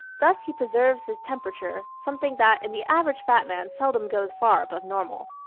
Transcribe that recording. thus he preserves his temperature, something that in the average fat man seldom goes far above normal.